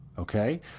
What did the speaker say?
Okay